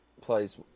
plays –